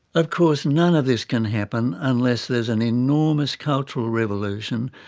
of course none of this can happen unless there is and enormous cultural revolution,